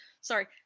sorry